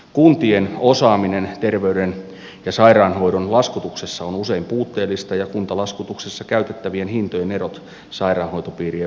kuntien osaaminen terveyden ja sairaanhoidon laskutuksessa on usein puutteellista ja kuntalaskutuksessa käytettävien hintojen erot sairaanhoitopiirien välillä ovat suuret